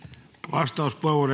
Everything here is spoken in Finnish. arvoisa puhemies